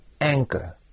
anchor